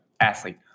athlete